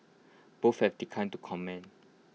both have declined to comment